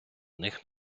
них